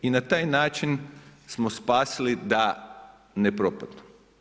I na taj način smo spasili da ne propadnu.